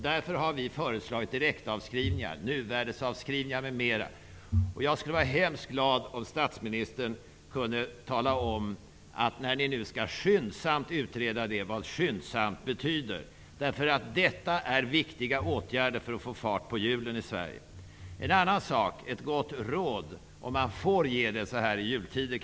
Därför har vi föreslagit direktavskrivningar, nuvärdesavskrivningar m.m. Jag skulle vara hemskt glad om statsministern, när ni nu skyndsamt skall utreda detta, kunde tala om vad ''skyndsamt'' betyder. Detta är nämligen viktiga åtgärder för att få fart på hjulen i Sverige. Så ett gott råd -- om man får ge ett sådant så här i jultider.